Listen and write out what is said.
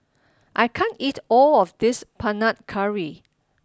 I can't eat all of this Panang Curry